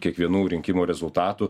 kiekvienų rinkimų rezultatų